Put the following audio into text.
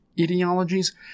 ideologies